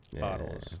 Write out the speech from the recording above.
bottles